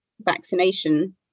vaccination